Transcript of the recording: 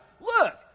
look